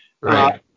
Right